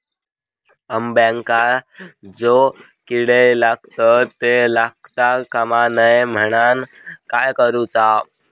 अंब्यांका जो किडे लागतत ते लागता कमा नये म्हनाण काय करूचा?